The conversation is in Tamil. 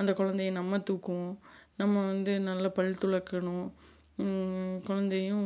அந்த குழந்தைய நம்ம தூக்குவோம் நம்ம வந்து நல்ல பல் துலக்கணும் குழந்தையும்